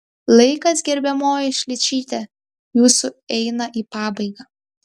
laikas gerbiamoji šličyte jūsų eina į pabaigą